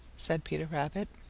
said peter rabbit.